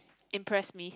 impress me